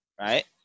right